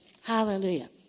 Hallelujah